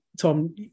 Tom